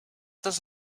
does